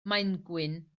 maengwyn